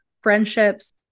friendships